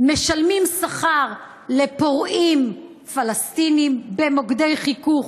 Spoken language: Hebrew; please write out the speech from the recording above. משלמים שכר לפורעים פלסטינים במוקדי חיכוך,